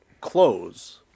close